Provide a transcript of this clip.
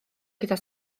gyda